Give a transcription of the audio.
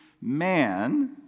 man